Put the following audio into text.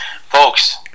folks